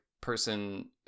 person